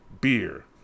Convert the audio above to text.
beer